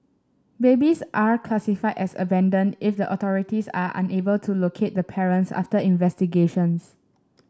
babies are classified as abandon if the authorities are unable to locate the parents after investigations